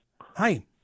Hi